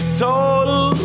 total